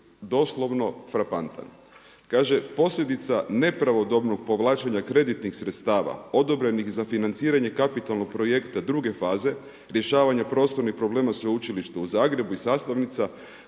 doslovno frapantan, kaže posljedica nepravodobnog povlačenja kreditnih sredstva odobrenih za financiranje kapitalnog projekta druge faze, rješavanja prostornih problema Sveučilišta u Zagrebu i sastavnica